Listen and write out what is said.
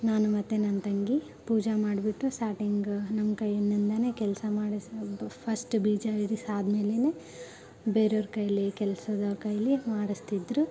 ನಾನು ಮತ್ತು ನನ್ನ ತಂಗಿ ಪೂಜೆ ಮಾಡಿಬಿಟ್ಟು ಸ್ಟಾರ್ಟಿಂಗ್ ನಮ್ಮ ಕೈಯಿಂದನೇ ಕೆಲಸ ಮಾಡಿಸೋದು ಫಸ್ಟ್ ಬೀಜ ಇರಿಸಿ ಆದಮೇಲೇನೆ ಬೇರೆಯವ್ರ ಕೈಯಲ್ಲಿ ಕೆಲ್ಸದವ್ರ ಕೈಯಲ್ಲಿ ಮಾಡಿಸ್ತಿದ್ದರು